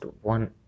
one